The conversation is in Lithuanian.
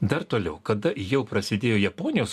dar toliau kada jau prasidėjo japonijos